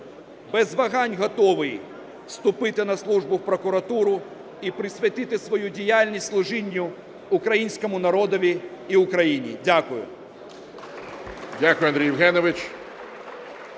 Без вагань готовий вступити на службу в прокуратуру і присвятити свою діяльність служінню українському народові і Україні. Дякую.